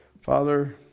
Father